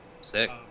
Sick